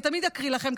אני תמיד אקריא לכם,